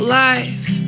life